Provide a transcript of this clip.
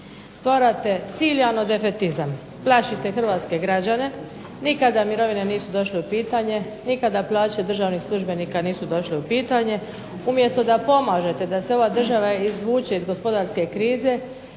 stvarate ciljano defetizam, plašite hrvatske građane, nikada mirovine nisu došle u pitanje, nikada plaće državnih službenika nisu došle u pitanje. Umjesto da pomažete da se ova država izvuče iz gospodarske krize